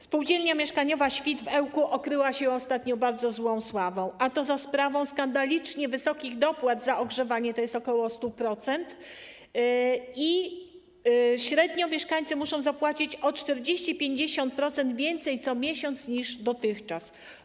Spółdzielnia Mieszkaniowa Świt w Ełku okryła się ostatnio bardzo złą sławą, a to za sprawą skandalicznie wysokich dopłat za ogrzewanie, tj. wyższych o ok. 100%, i średnio mieszkańcy muszą zapłacić o 40-50% więcej co miesiąc niż dotychczas.